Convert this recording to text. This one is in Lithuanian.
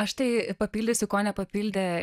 aš tai papildysiu ko nepapildė